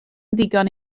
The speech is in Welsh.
ddigon